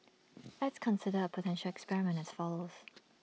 let's consider A potential experiment as follows